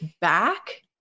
back